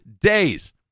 days